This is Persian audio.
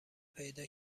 پیدا